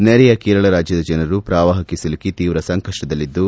ನೆರೆಯ ಕೇರಳ ರಾಜ್ಯದ ಜನರು ಪ್ರವಾಹಕ್ಕೆ ಸಿಲುಕಿ ತೀವ್ರ ಸಂಕಪ್ಪದಲ್ಲಿದ್ದು